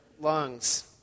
lungs